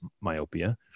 myopia